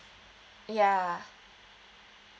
ya